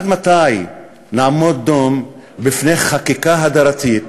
עד מתי נעמוד דום בפני חקיקה הדרתית,